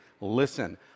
listen